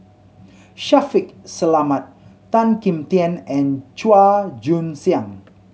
Shaffiq Selamat Tan Kim Tian and Chua Joon Siang